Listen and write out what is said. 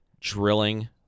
drilling